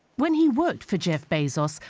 when he worked for jeff bezos,